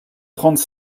trente